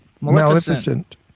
Maleficent